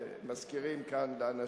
מזכירים כאן לאנשים.